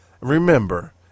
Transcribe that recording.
Remember